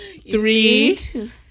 three